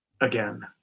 again